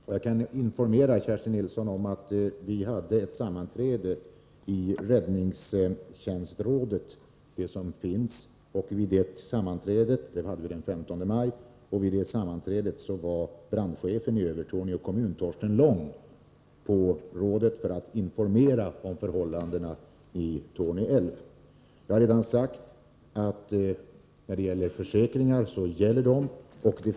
Herr talman! Jag kan informera Kerstin Nilsson om att vi hade ett sammanträde i räddningstjänstrådet den 15 maj. Vid det sammanträdet var brandchefen i Övertorneå kommun Torsten Lång närvarande för att informera om förhållandena vid Torne älv. Jag har redan sagt att försäkringarna gäller.